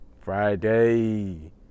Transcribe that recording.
Friday